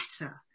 better